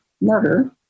murder